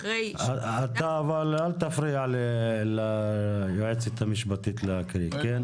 אבל אל תפריע ליועצת המשפטית להקריא, כן?